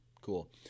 Cool